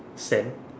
sand